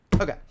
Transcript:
Okay